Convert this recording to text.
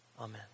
Amen